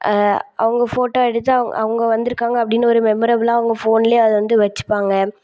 அவங்க ஃபோட்டோ எடுத்து அவங்க அவங்க வந்திருக்காங்க அப்படின்னு ஒரு மெமரபில்லாக அவங்க ஃபோன்லேயே அதை வந்து வெச்சுப்பாங்க